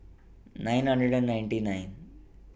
nine hundred and ninety nine